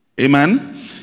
Amen